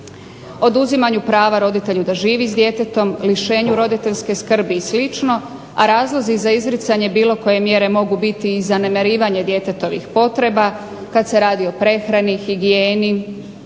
oduzimanju prava roditelju da živi s djetetom, lišenju roditeljske skrbi i slično, a razlozi za izricanje bilo koje mjere mogu biti i zanemarivanje djetetovih potreba, kad se radi o prehrani, higijeni,